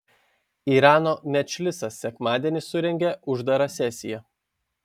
irano medžlisas sekmadienį surengė uždarą sesiją